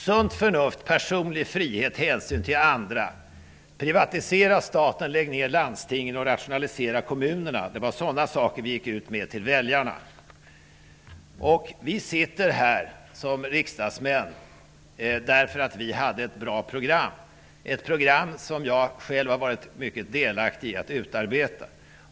Sunt förnuft, personlig frihet, hänsyn till andra, privatisera staten, lägg ned landstingen och rationalisera kommunerna -- det var sådant som vi gick ut till väljarna med. Vi sitter här som riksdagsmän därför att vi hade ett bra program, som jag själv i hög grad har varit med om att utarbeta.